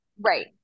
Right